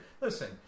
Listen